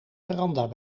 veranda